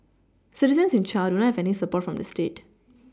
citizens in Chile do not have any support from the state